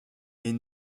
est